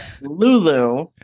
Lulu